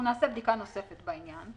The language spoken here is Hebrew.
אנחנו נעשה בדיקה נוספת בעניין.